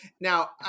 Now